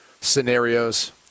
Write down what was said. scenarios